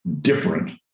different